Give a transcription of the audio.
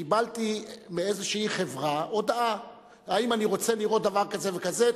קיבלתי מאיזו חברה הודעה: האם אתה רוצה לראות דבר כזה וכזה?